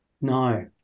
No